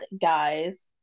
guys